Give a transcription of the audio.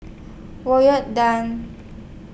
Tan